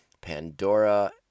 Pandora